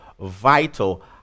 vital